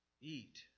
eat